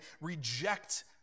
reject